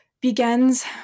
begins